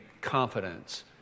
confidence